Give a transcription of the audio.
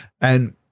And-